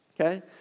okay